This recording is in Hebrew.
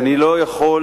אני לא יכול,